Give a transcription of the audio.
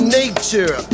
nature